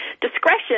Discretion